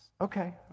okay